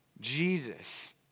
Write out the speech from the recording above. Jesus